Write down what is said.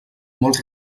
molts